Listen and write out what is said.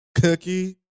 Cookie